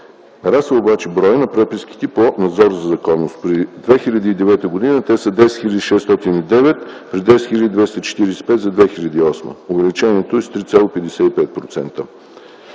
Нараства обаче броят на преписките по надзор за законност. През 2009 г. те са 10 609 при 10 245 за 2008 г. Увеличението е с 3,55%